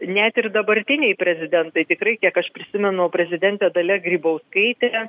net ir dabartiniai prezidentai tikrai kiek aš prisimenu prezidentė dalia grybauskaitė